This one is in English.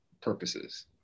purposes